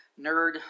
nerd